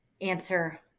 answer